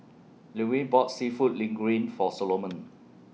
Llewellyn bought Seafood Linguine For Solomon